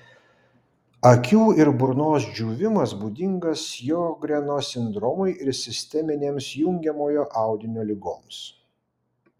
akių ir burnos džiūvimas būdingas sjogreno sindromui ir sisteminėms jungiamojo audinio ligoms